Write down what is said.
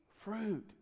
fruit